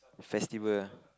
festival ah